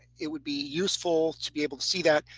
it would be useful to be able to see that.